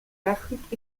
l’afrique